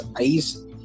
eyes